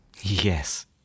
Yes